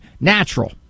Natural